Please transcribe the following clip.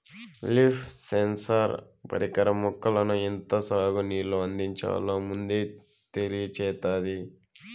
leaf sensor పరికరం మొక్కలకు ఎంత సాగు నీళ్ళు అందించాలో ముందే తెలియచేత్తాది